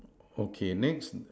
okay next